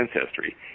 Ancestry